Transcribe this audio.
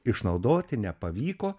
išnaudoti nepavyko